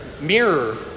mirror